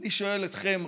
ואני שואל אתכם,